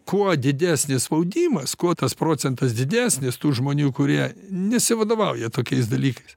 kuo didesnis spaudimas kuo tas procentas didesnis tų žmonių kurie nesivadovauja tokiais dalykais